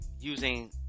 using